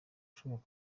ibishoboka